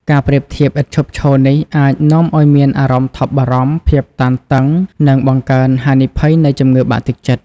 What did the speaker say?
ការប្រៀបធៀបឥតឈប់ឈរនេះអាចនាំឱ្យមានអារម្មណ៍ថប់បារម្ភ ភាពតានតឹង និងបង្កើនហានិភ័យនៃជំងឺបាក់ទឹកចិត្ត។